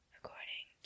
According